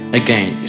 again